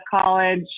college